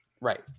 Right